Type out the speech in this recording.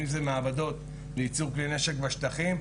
אם זה מעבדות לייצור כלי נשק בשטחים,